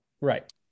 right